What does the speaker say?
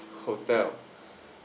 hotel